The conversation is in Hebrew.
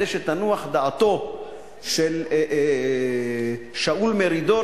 כדי שתנוח דעתו של שאול מרידור,